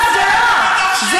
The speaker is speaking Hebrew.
לא, אני לא טועה.